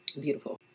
beautiful